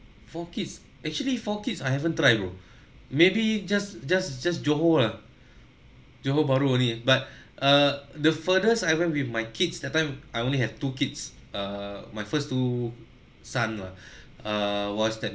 four kids actually four kids I haven't try bro maybe just just just johor ah johor bahru only but uh the furthest I went with my kids that time I only have two kids err my first two son ah err was that